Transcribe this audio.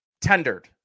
tendered